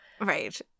right